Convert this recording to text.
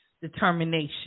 Determination